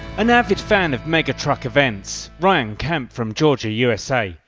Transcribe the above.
an average fan of mega truck events, ryan camp from georgia, usa,